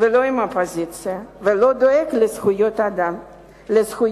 ולא באופוזיציה, ולא דואגת לזכויות העובד.